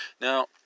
Now